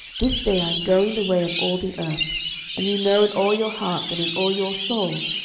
this day i am going the way of all the earth and ye know in all your hearts and in all your souls,